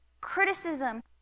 criticism